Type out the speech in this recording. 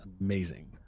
amazing